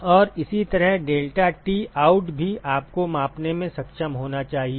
और इसी तरह deltaT आउट भी आपको मापने में सक्षम होना चाहिए